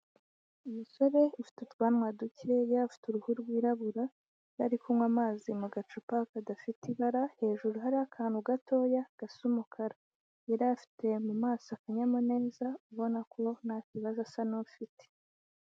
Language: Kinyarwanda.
Umusore ifite utwanwa dukeya, afite uruhu rwirabura, ari kunywa amazi mu gacupa kadafite ibara, hejuru hariho akantu gatoya gasa umukara. Afite mu maso akanyamuneza ubona ko ntaki kibazo asa n'ufite.